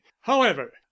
However